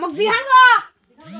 हम credit card आवेदन करवा संकोची?